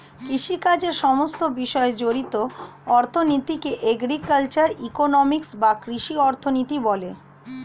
কৃষিকাজের সমস্ত বিষয় জড়িত অর্থনীতিকে এগ্রিকালচারাল ইকোনমিক্স বা কৃষি অর্থনীতি বলে